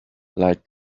like